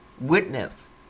Witness